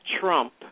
trump